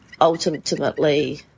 ultimately